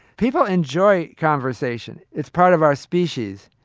people enjoy conversation. it's part of our species.